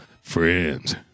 friends